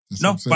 No